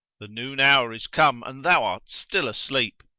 the noon hour is come and thou art still asleep.